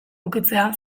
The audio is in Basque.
ukitzea